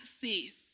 cease